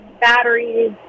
batteries